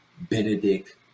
Benedict